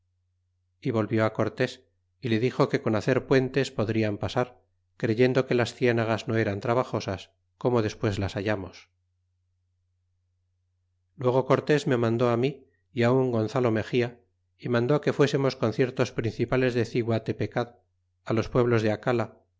y volvió cortes y le dixo que con hacer puentes podrian pasar creyendo que las eienagas no eran trabajosas como despues las hallamos y luego cortés me mandó mi y un gonzalo mexía y mandó que fuésemos con ciertos principales de ciguatepecad los pueblos de acala